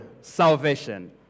salvation